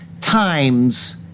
times